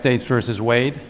states versus wade